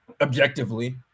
objectively